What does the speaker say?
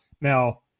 Now